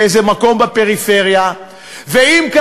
באיזה מקום בפריפריה?